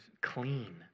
clean